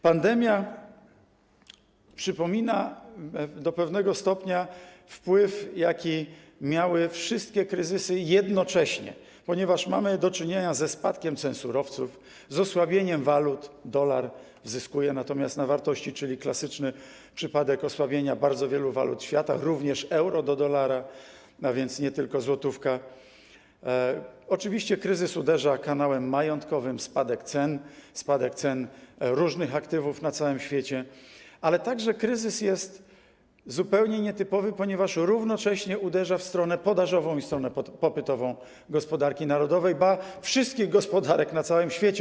Pandemia do pewnego stopnia przypomina wpływ, jaki miały wszystkie kryzysy jednocześnie, ponieważ mamy do czynienia ze spadkiem cen surowców, z osłabieniem walut - dolar natomiast zyskuje na wartości, czyli jest to klasyczny przypadek osłabienia bardzo wielu walut świata, również euro do dolara, a więc nie tylko złotówka - oczywiście kryzys uderza kanałem majątkowym, następuje spadek cen różnych aktywów na całym świecie, ale także kryzys jest zupełnie nietypowy, ponieważ równocześnie uderza w stronę podażową i stronę popytową gospodarki narodowej, ba, wszystkich gospodarek na całym świecie.